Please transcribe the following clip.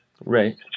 Right